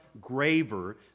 graver